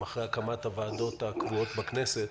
מה בדיוק היא תעשה אחרי הקמת הוועדות הקבועות בכנסת